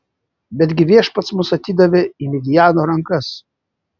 betgi viešpats mus atidavė į midjano rankas